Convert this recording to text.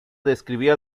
describía